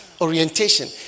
orientation